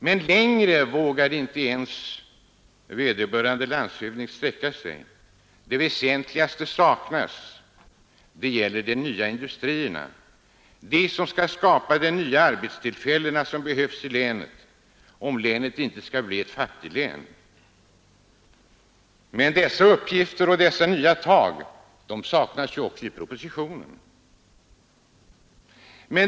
Men längre vågade inte ens vederbörande landshövding sträcka sig. Det väsentliga saknas. Det gäller de nya industrierna, de som skall skapa de nya arbetstillfällen som behövs i länet, om detta inte skall bli ett fattiglän. Men dessa uppgifter och dessa nya tag saknas ju också i propositionen.